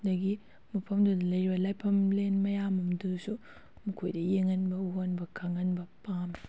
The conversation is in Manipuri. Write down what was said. ꯑꯗꯒꯤ ꯃꯐꯝꯗꯨꯗ ꯂꯩꯔꯤꯕ ꯂꯥꯏꯐꯝ ꯂꯦꯟ ꯃꯌꯥꯝ ꯑꯃꯗꯨꯁꯨ ꯃꯈꯣꯏꯗ ꯌꯦꯡꯍꯟꯕ ꯎꯍꯟꯕ ꯈꯪꯍꯟꯕ ꯄꯥꯝꯃꯦ